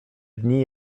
dni